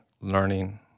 learning